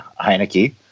Heineke